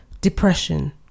depression